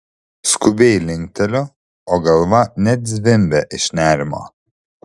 skubiai linkteliu o galva net zvimbia iš nerimo